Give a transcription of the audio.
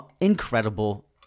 incredible